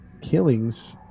killings